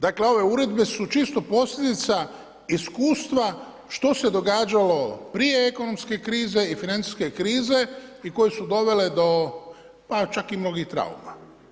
Dakle ove uredbe su čisto posljedica iskustva što se događalo prije ekonomske krize i financijske krize i koje su dovele do pa čak i mnogih trauma.